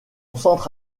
centre